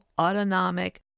autonomic